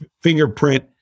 fingerprint